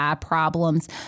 problems